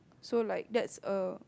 so like that's a